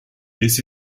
this